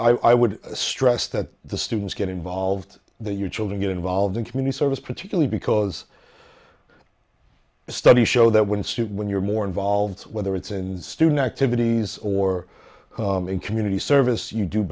i would stress that the students get involved that your children get involved in community service particularly because studies show that when suit when you're more involved whether it's in the student activities or in community service you do